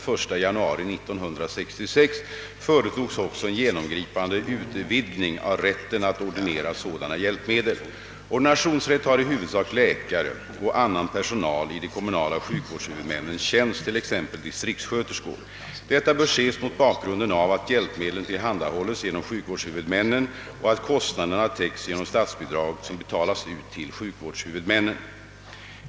företogs också en genomgripande utvidgning av rätten att ordinera sådana hjälpmedel. Ordinationsrätt har i huvudsak läkare och annan personal i de kommunala sjukvårdshuvudmännens tjänst, t.ex. distriktssköterskor. Detta bör ses mot bakgrunden av att hjälpmedlen tillhandahålls genom sjukvårdshuvudmännen och att kostnaderna täcks genom statsbidrag som betalas ut till sjukvårdshuvudmännen.